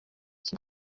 iki